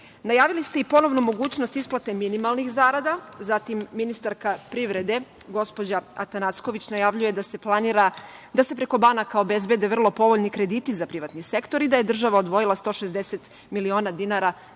poreza. Najavili ste i ponovo mogućnost isplate minimalnih zarada, zatim ministarka privrede, gospođa Atanasković, najavljuje da se planira da se preko banaka obezbede vrlo povoljni krediti za privatni sektor i da je država odvojila 160 miliona dinara